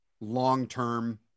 long-term